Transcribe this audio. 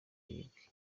yibwe